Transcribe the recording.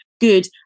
good